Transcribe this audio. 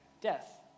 Death